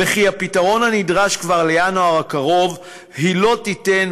ואת הפתרון הנדרש כבר לינואר הקרוב היא לא תיתן.